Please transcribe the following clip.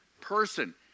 person